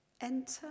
Enter